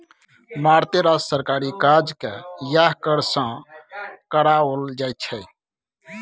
मारिते रास सरकारी काजकेँ यैह कर सँ कराओल जाइत छै